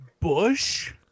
Bush